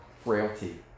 frailty